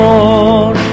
Lord